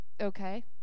okay